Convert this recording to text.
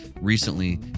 recently